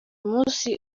munsi